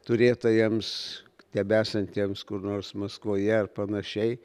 turėtojams tebesantiems kur nors maskvoje ar panašiai